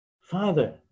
Father